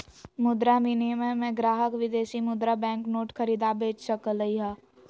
मुद्रा विनिमय में ग्राहक विदेशी मुद्रा बैंक नोट खरीद आ बेच सकलई ह